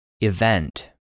Event